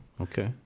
Okay